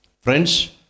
Friends